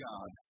God